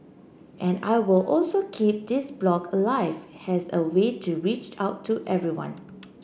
and I will also keep this blog alive as a way to reach out to everyone